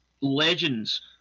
legends